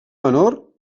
menor